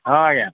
ହଁ ଆଜ୍ଞା